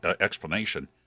explanation